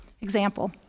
example